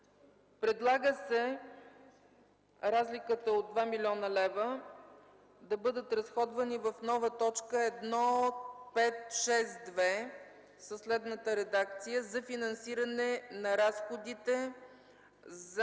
Предлага се разликата от 2 млн. лв. да бъде разходвана в нова точка 1.5.6.2 със следната редакция: „за финансиране на разходите за